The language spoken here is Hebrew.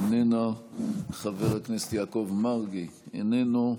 איננה, חבר הכנסת יעקב מרגי, איננו,